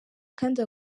kandi